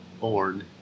born